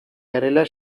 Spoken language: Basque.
garela